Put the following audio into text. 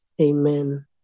Amen